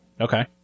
Okay